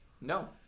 No